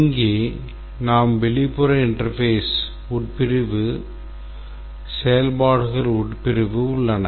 இங்கே நாம் வெளிப்புற interface உட்பிரிவு செயல்பாடுகள் உட்பிரிவு உள்ளன